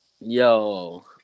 Yo